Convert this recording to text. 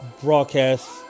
Broadcast